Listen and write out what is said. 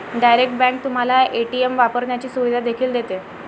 direct bank तुम्हाला ATM वापरण्याची सुविधा देखील देते